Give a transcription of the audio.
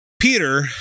Peter